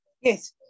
Yes